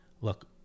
look